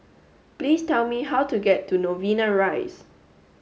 please tell me how to get to Novena Rise